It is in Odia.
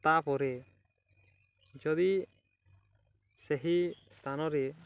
ତା'ପରେ ଯଦି ସେହି ସ୍ଥାନରେ